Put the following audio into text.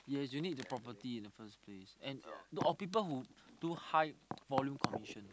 yes you need the property in the first place and or people who too high volume commission